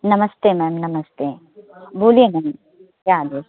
नमस्ते मैम नमस्ते बोलिए मैम क्या हाल है